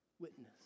witness